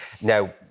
Now